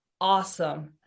awesome